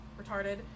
retarded